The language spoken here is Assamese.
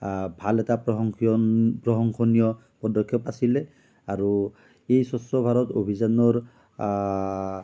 ভাল এটা প্ৰশংসনীয় পদক্ষেপ আছিলে আৰু এই স্বচ্ছ ভাৰত অভিযানৰ